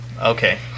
okay